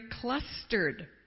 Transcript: clustered